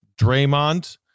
Draymond